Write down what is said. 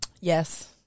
Yes